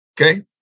Okay